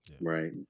Right